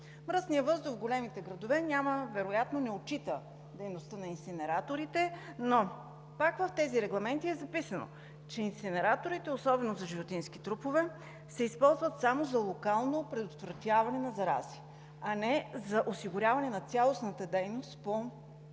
Мръсният въздух в големите градове няма, вероятно не отчита, дейността на инсинераторите, но пак в тези регламенти е записано, че инсинераторите, особено за животински трупове, се използват само за локално предотвратяване на зарази, а не за осигуряване на цялостната дейност по обезвреждане